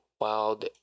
wild